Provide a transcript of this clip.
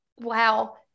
wow